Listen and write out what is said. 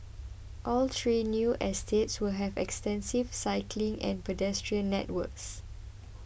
all three new estates will have extensive cycling and pedestrian networks